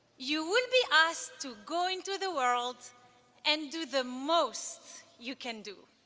you will be asked to go into the world and do the most you can do.